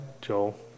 Joel